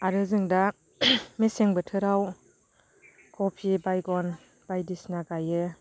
आरो जों दा मेसें बोथोराव खबि बायगन बायदिसिना गायो